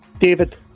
David